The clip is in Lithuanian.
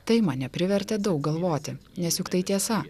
tai mane privertė daug galvoti nes juk tai tiesa